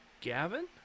Gavin